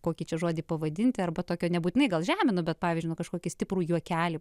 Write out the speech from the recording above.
kokį čia žodį pavadinti arba tokio nebūtinai gal žeminu bet pavyzdžiui kažkokį stiprų juokelį